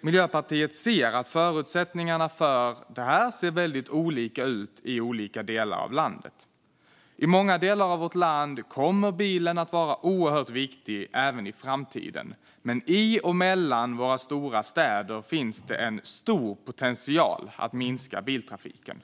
Miljöpartiet ser att förutsättningarna för detta ser väldigt olika ut i olika delar av landet. I många delar av vårt land kommer bilen att vara oerhört viktig även i framtiden, men i och mellan våra stora städer finns det en stor potential att minska biltrafiken.